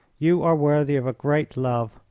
you are worthy of a great love.